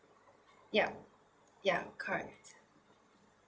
yup ya correct